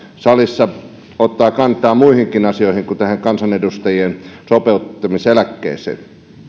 salissa ottamaan kantaa muihinkin asioihin kuin tähän kansanedustajien sopeutumiseläkkeeseen